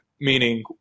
Meaning